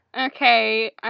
Okay